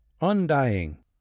undying